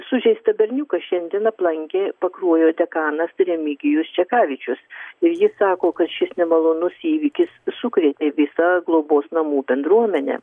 sužeistą berniuką šiandien aplankė pakruojo dekanas remigijus čekavičius ir ji sako kad šis nemalonus įvykis sukrėtė visą globos namų bendruomenę